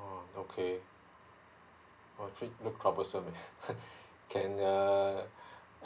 oh okay look troublesome meh can mm